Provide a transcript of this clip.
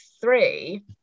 three